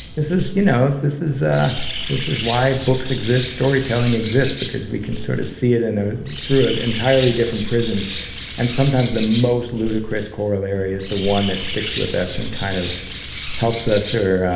this is you know, this is ah this is why books exist. storytelling exists because we can sort of see it in ah through an entirely different prism and sometimes the most ludicrous choral area is the one that sticks with us and kind of helps us here,